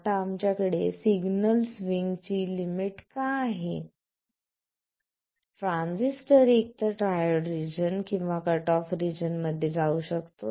आता आमच्याकडे सिग्नल स्विंगची लिमिट का आहे ट्रान्झिस्टर एकतर ट्रायोड रिजन किंवा कट ऑफमध्ये जाऊ शकतो